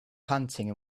panting